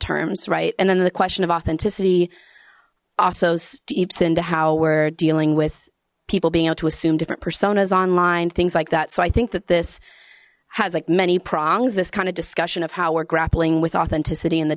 term right and then the question of authenticity also steeps into how we're dealing with people being able to assume different personas online things like that so i think that this has like many prongs this kind of discussion of how we're grappling with authenticity in the